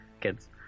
kids